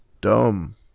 dumb